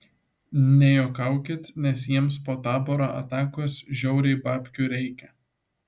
nejuokaukit nes jiems po taboro atakos žiauriai babkių reikia